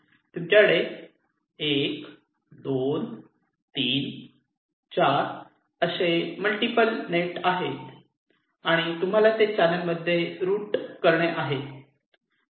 तुमच्याकडे 1 2 3 4 असे multiple net आहेत आणि तुम्हाला ते चॅनेल मध्ये रूट करणे आहेत